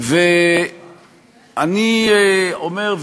ואני אומר,